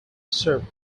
served